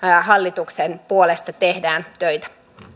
hallituksen puolesta tehdään töitä